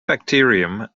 bacterium